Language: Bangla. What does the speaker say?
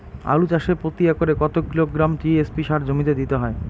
আলু চাষে প্রতি একরে কত কিলোগ্রাম টি.এস.পি সার জমিতে দিতে হয়?